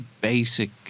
basic